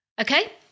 Okay